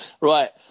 right